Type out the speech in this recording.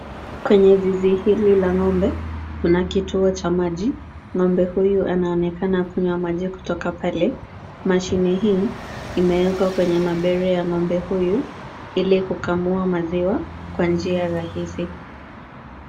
Kwenye zizi hili la ng'ombe kuna kituo cha maji. Ng'ombe huyu anaonekana kunywa maji kutoka pale. Mashine hii, imewekwa kwenye mabere ya ng'ombe huyu ili kukamua maziwa kwa njia rahisi.